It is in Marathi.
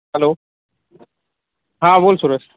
हॅलो हां बोल सुरेस